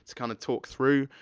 kind of talk through.